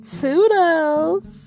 Toodles